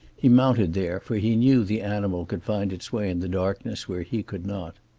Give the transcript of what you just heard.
he mounted there, for he knew the animal could find its way in the darkness where he could not.